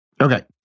Okay